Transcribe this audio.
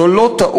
זו לא טעות,